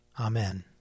Amen